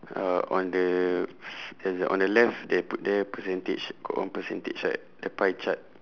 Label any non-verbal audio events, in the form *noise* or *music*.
uh on the *noise* there's a on the left they put there percentage got one percentage right the pie chart